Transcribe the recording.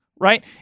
Right